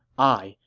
i,